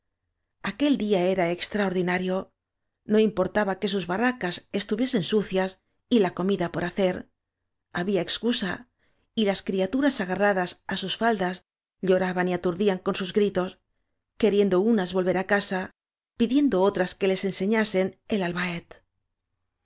s día era extraordinario no ímportaba que sus barracas es tuviesen sucias y la comida por hacer había excusa y las criaturas agarradas á sus faldas lloraban y aturdían con sus gritos queriendo unas volver á casa pidiendo otras que les enseñasen el albaet